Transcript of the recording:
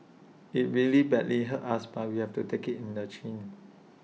IT really badly hurts us but we have to take IT in the chin